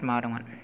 माबादोंमोन